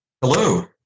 Hello